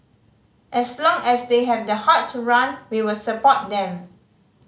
as long as they have the heart to run we will support them